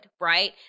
right